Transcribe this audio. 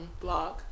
blog